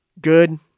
good